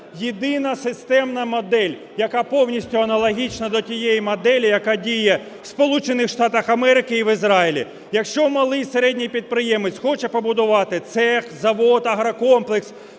Єдина системна модель, яка повністю аналогічна до тієї моделі, яка діє в Сполучених Штатах Америки і в Ізраїлі. Якщо малий, середній підприємець хоче побудувати цех, завод, агрокомплекс,